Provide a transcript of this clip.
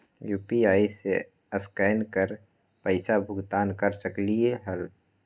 UPI से scan कर पईसा भुगतान कर सकलीहल?